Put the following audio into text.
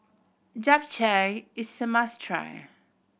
Japchae is a must try